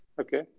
Okay